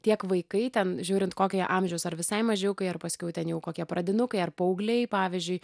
tiek vaikai ten žiūrint kokio jie amžiaus ar visai mažiukai ar paskiau ten jau kokie pradinukai ar paaugliai pavyzdžiui